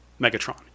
Megatron